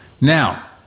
Now